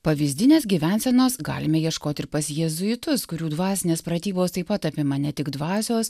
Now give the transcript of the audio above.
pavyzdinės gyvensenos galime ieškot ir pas jėzuitus kurių dvasinės pratybos taip pat apima ne tik dvasios